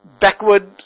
backward